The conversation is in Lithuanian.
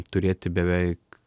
turėti beveik